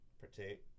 protect